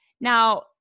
now